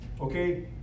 okay